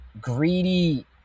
greedy